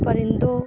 پرندوں